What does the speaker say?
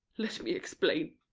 let me explain!